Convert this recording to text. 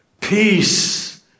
peace